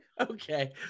Okay